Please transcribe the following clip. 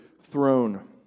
throne